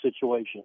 situation